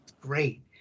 Great